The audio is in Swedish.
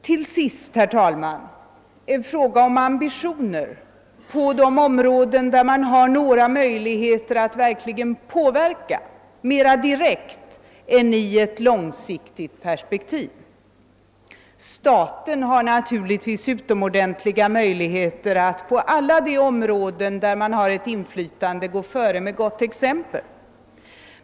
Till sist, herr talman, en fråga om ambitioner på de områden, där man har några möjligheter att verkligen mera direkt påverka än i ett långsiktigt perspektiv. Staten har naturligtvis utomordentliga möjligheter att på alla de områden där man har ett inflytande gå före med gott exempel.